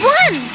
one